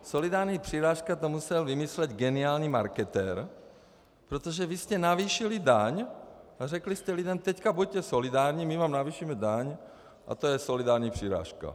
Solidární přirážka to musel vymyslet geniální marketér, protože vy jste navýšili daň a řekli jste lidem: Teď buďte solidární, my vám navýšíme daň a to je solidární přirážka.